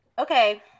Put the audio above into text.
Okay